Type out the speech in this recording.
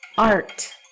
Art